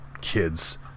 kids